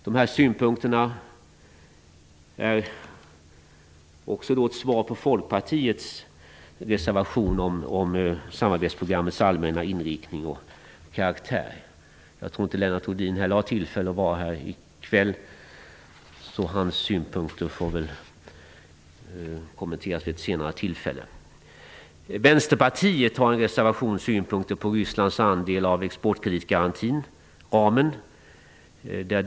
Dessa synpunkter är också ett svar på folkpartiets reservation om samarbetsprogrammets allmänna inriktning och karaktär. Jag tror att inte heller Lennart Rohdin har tillfälle att vara här i kväll, så hans synpunkter får kommenteras vid ett senare tillfälle. Vänsterpartiet har i sin reservation synpunkter på Rysslands andel av exportkreditgarantiramen.